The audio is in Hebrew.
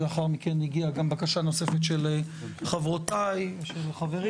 לאחר מכן הגיעה גם בקשה נוספת של חברותיי וחברי